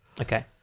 Okay